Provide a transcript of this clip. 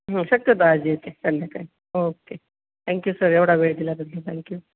शक्यतो आज येते संध्याकाळी ओके थँक्यू सर एवढा वेळ दिल्याबद्दल थँक्यू